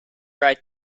right